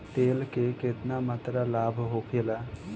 तेल के केतना मात्रा लाभ होखेला?